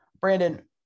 Brandon